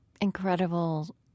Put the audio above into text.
incredible